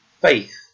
faith